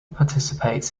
participates